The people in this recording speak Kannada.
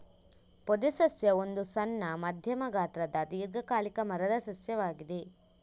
ಪೊದೆ ಸಸ್ಯ ಒಂದು ಸಣ್ಣ, ಮಧ್ಯಮ ಗಾತ್ರದ ದೀರ್ಘಕಾಲಿಕ ಮರದ ಸಸ್ಯವಾಗಿದೆ